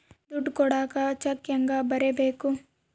ದುಡ್ಡು ಕೊಡಾಕ ಚೆಕ್ ಹೆಂಗ ಬರೇಬೇಕು?